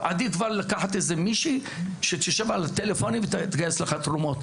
עדיף כבר לקחת איזה מישהי שתשב על הטלפונים ותגייס לך תרומות,